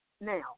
Now